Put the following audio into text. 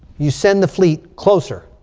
you send the fleet closer.